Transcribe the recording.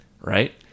Right